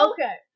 Okay